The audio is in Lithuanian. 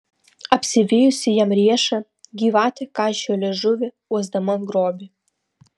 apsivijusi jam riešą gyvatė kaišiojo liežuvį uosdama grobį